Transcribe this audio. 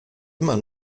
immer